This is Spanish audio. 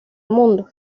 mundo